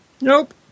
Nope